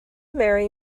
marry